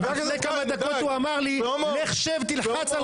לפני כמה דקות הוא אמר לי: לך תלחץ על